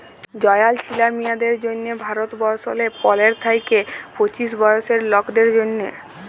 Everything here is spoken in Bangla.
জয়াল ছিলা মিঁয়াদের জ্যনহে ভারতবর্ষলে পলের থ্যাইকে পঁচিশ বয়েসের লকদের জ্যনহে